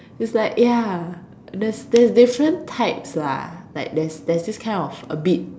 it's like ya there's there's different types lah like there's there's this kind of a bit